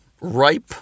ripe